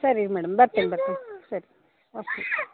ಸರಿ ಮೇಡಮ್ ಬರ್ತೇನೆ ಬರ್ತೇನೆ ಸರಿ ಓಕೆ